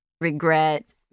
regret